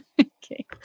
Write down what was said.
Okay